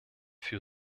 für